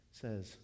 says